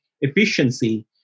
efficiency